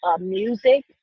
music